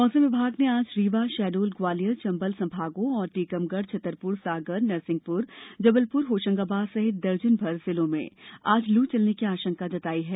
मौसम विभाग ने आज रीवा शहडोल ग्वालियर चंबल संभागों और टीकमग छतरपुर सागर नरसिंहपुर जबलपुर होशंगाबाद सहित दर्जन भर जिलों में आज लू चलने की आशंका जताई है